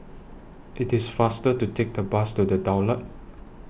IT IS faster to Take The Bus to The Daulat